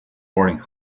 boring